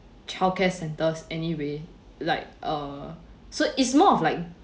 childcare centers anyway like uh so it's more of like